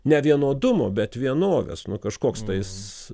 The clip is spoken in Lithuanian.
ne vienodumo bet vienovės nu kažkoks tais